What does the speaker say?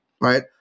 right